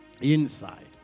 inside